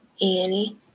Annie